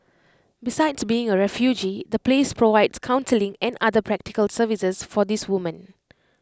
besides being A refuge the place provides counselling and other practical services for these women